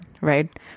right